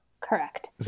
Correct